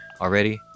already